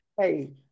hey